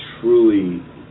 truly